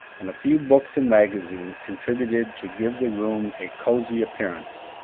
and a few books and magazines contributed to give the room a cosey appearance,